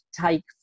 Take